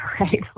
right